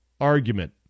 argument